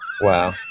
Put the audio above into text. Wow